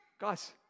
guys